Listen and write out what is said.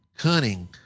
cunning